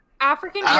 African